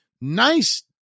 nice